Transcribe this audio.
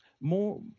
More